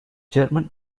german